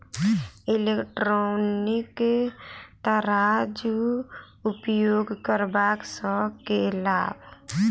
Electronic तराजू उपयोग करबा सऽ केँ लाभ?